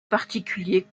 particulier